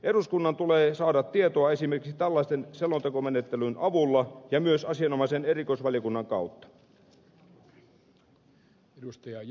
eduskunnan tulee saada tietoa esimerkiksi tällaisen selontekomenettelyn avulla ja myös asianomaisen erikoisvaliokunnan kautta